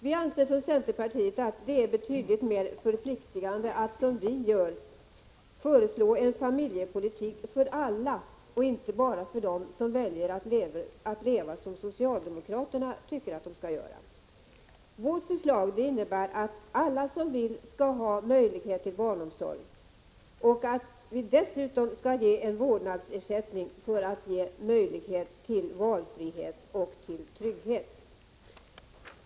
Vi anser från centerpartiet att det är mycket mer förpliktigande att som vi gör föra en familjepolitik för alla och inte bara för dem som väljer att leva som socialdemokraterna tycker att man skall. Vårt förslag innebär att alla som vill skall ha möjlighet till barnomsorg och att vi dessutom skall ge en vårdnadsersättning som ger möjlighet till valfrihet och trygghet.